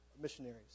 missionaries